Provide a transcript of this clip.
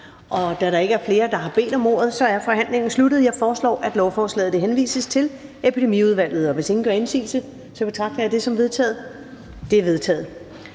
Da der ikke er flere, der har bedt om ordet, er forhandlingen sluttet. Jeg foreslår, at lovforslaget henvises til Epidemiudvalget, og hvis ingen gør indsigelse, betragter det som vedtaget. Det er vedtaget.